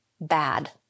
bad